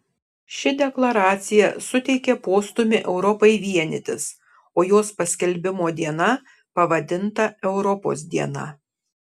ši deklaracija suteikė postūmį europai vienytis o jos paskelbimo diena pavadinta europos diena